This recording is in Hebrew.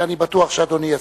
ואני בטוח שאדוני יסכים.